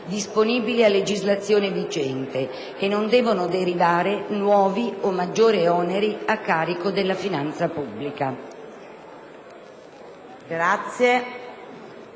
disponibili a legislazione vigente e non devono derivare nuovi o maggiori oneri a carico della finanza pubblica."».